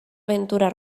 aventura